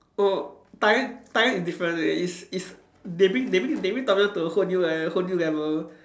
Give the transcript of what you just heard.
oh Thailand Thailand is different leh it's it's they bring they bring they bring Tom-Yum to a whole new le~ whole new level